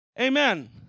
amen